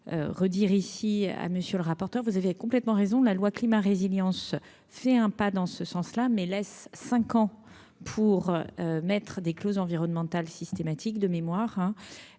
redire ici à monsieur le rapporteur, vous avez complètement raison : la loi climat résilience fait un pas dans ce sens là, mais laisse 5 ans pour mettre des clauses environnementales systématique de mémoire,